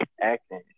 acting